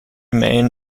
man